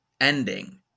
ending